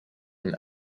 und